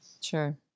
Sure